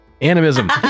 animism